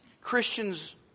Christians